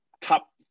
top